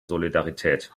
solidarität